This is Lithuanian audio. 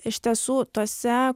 iš tiesų tuose